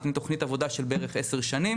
על פני תוכנית עבודה של בערך עשר שנים